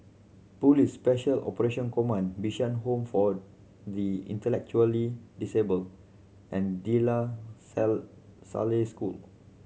Police Special Operation Command Bishan Home for the Intellectually Disabled and De La sell Salle School